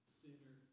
sinner